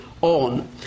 on